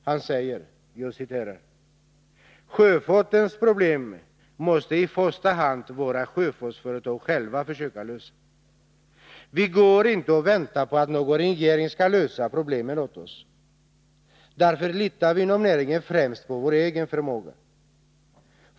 Han säger: ”Sjöfartens problem måste i första hand våra sjöfartsföretag själva försöka lösa. Vi går inte och väntar på att någon regering skall lösa problem åt oss. Därför litar vi inom näringen främst på vår egen förmåga.